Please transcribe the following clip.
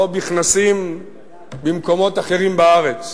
לא בכנסים במקומות אחרים בארץ,